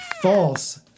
False